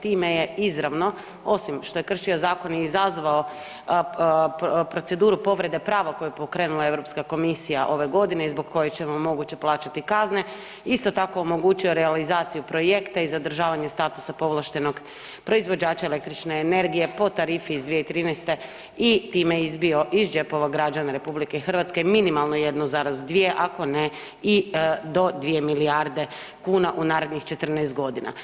Time je izravno osim što je kršio zakon i izazvao proceduru povrede prava koje je pokrenula Europska komisija ove godine i zbog koje ćemo moguće plaćati kazne isto tako omogućio realizaciju projekta i zadržavanje statusa povlaštenog proizvođača električne energije po tarifi iz 2013. i time izbio iz džepova građana Republike Hrvatske minimalno 1,2 ako ne i do 2 milijarde kuna u narednih 14 godina.